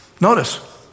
Notice